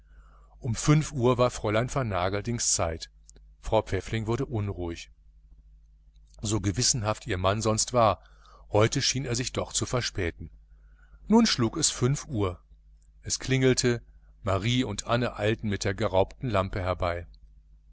um fünf uhr war fräulein vernageldings zeit frau pfäffling wurde unruhig so gewissenhaft ihr mann sonst war heute schien er sich doch zu verspäten nun schlug es fünf uhr es klingelte marie und anne eilten mit der geraubten lampe herbei